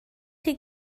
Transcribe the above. chi